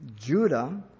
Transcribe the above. Judah